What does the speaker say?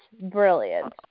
brilliant